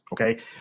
Okay